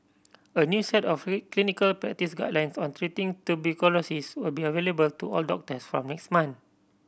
a new set of clinical practice guidelines on treating tuberculosis will be available to all doctors from next month